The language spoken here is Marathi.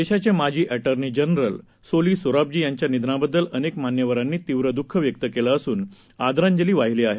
देशाचे माजी एटर्नी जनरल सोली सोराबजी यांच्या निधनाबद्दल अनेक मान्यवरांनी तीव्र दःख व्यक्त केलं असून आदरांजली वाहिली आहे